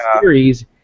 series